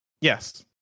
Yes